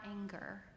anger